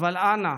אבל אנא,